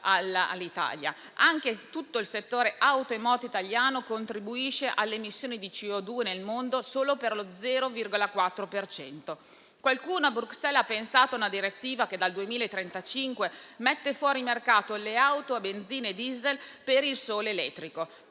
dimenticare che tutto il settore *automotive* italiano contribuisce all'emissione di CO2 nel mondo solo per lo 0,4 per cento. Qualcuno a Bruxelles ha pensato a una direttiva che dal 2035 mette fuori mercato le auto a benzina e *diesel* e mantiene il solo elettrico.